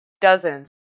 dozens